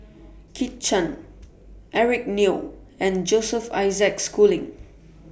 Kit Chan Eric Neo and Joseph Isaac Schooling